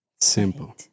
simple